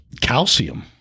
Calcium